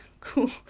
cool